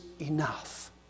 enough